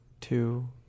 Two